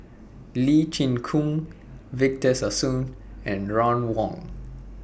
Lee Chin Koon Victor Sassoon and Ron Wong